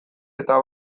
eta